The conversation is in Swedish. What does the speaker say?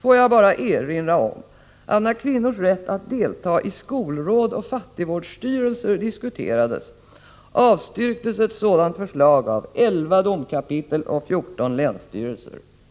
Jag vill bara erinra om att när kvinnors rätt att delta i skolråd och i fattigvårdsstyrelsen diskuterades, avstyrktes förslaget av 11 domkapitel och 14 länsstyrelser.